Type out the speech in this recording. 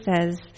says